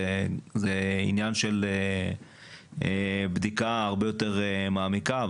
זה עניין של בדיקה הרבה יותר מעמיקה,